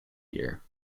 year